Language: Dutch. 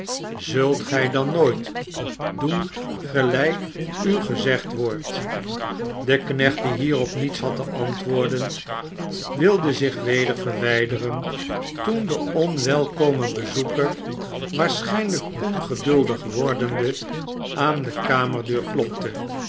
zult gij dan nooit doen gelijk u gezegd wordt de knecht die hierop niets had te antwoorden wilde zich weder verwijderen toen de onwelkome bezoeker waarschijnlijk ongeduldig wordende aan de kamerdeur klopte